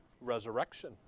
Resurrection